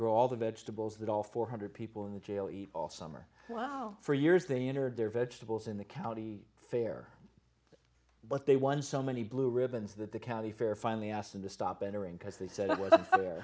grow all the vegetables that all four hundred people in the jail eat all summer wow for years they entered their vegetables in the county fair but they won so many blue ribbons that the county fair finally asked them to stop entering because they said